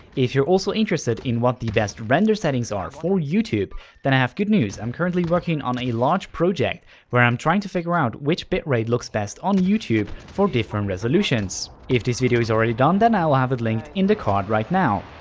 if you're also interested in what the best render settings are for youtube then i have good news i'm currently working on a large project where i'm trying to figure out which bitrate looks best on youtube for different resolutions. if this video is already done then i'll have it linked in the card right now.